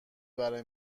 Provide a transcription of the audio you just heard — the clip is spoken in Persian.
برای